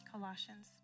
Colossians